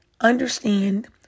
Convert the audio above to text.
understand